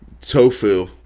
Tofu